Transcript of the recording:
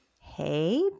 Hey